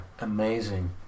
Amazing